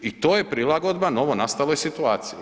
I to je prilagodba novonastaloj situaciji.